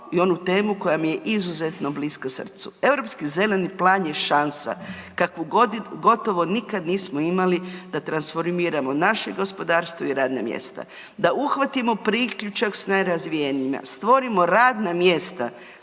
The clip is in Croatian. i onu temu koja mi je izuzetno bliska srcu. Europski zeleni plan je šansa kakvu gotovo nikad nismo imali da transformiramo naše gospodarstvo i radna mjesta, da uhvatimo priključak s najrazvijenijima, stvorimo radna mjesta